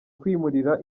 kwimurira